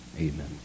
Amen